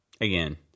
Again